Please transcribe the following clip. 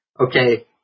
okay